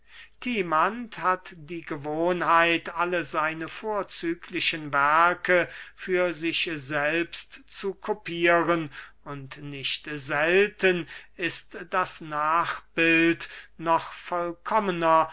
timanth hat die gewohnheit alle seine vorzüglichen werke für sich selbst zu kopieren und nicht selten ist das nachbild noch vollkommnen